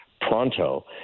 pronto